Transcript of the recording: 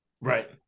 Right